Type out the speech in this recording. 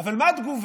אבל מה התגובה?